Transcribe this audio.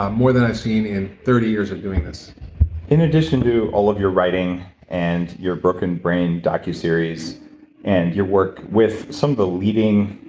um more than i've seen in thirty years of doing this in addition to all of your writing and your broken brain docu-series and your work with some of the leading,